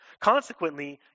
Consequently